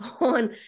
on